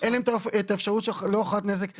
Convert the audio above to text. אין להם את האפשרות להוכחת נזק.